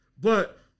But-